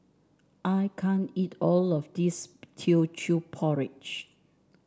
I can't eat all of this Teochew Porridge